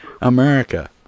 America